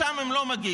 לשם הם לא מגיעים,